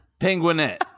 penguinette